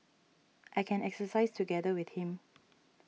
I can exercise together with him